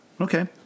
Okay